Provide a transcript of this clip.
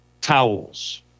towels